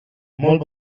molt